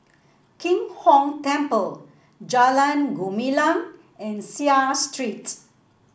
Kim Hong Temple Jalan Gumilang and Seah Street